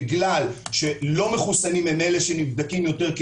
בגלל שלא מחוסנים הם אלה שנבדקים יותר כי